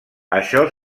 això